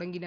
தொடங்கின